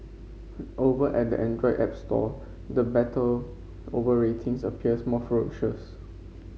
over at the Android app store the battle over ratings appears more ferocious